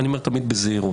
אני אומר תמיד בזהירות.